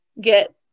get